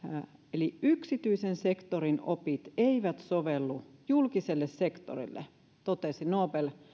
eli yksityisen sektorin opit eivät sovellu julkiselle sektorille totesi nobel